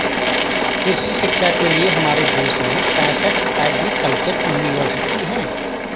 कृषि शिक्षा के लिए हमारे देश में पैसठ एग्रीकल्चर यूनिवर्सिटी हैं